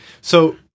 So-